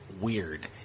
weird